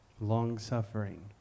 long-suffering